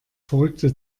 verrückte